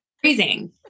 freezing